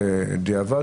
בקהילה,